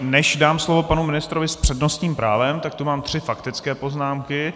Než dám slovo panu ministrovi s přednostním právem, tak tu mám tři faktické poznámky.